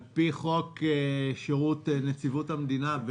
אני נמצא כאן מהסיבה הפשוטה שעל פי חוק שירות נציבות המדינה,